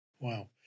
Wow